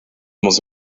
muss